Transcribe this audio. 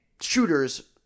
shooters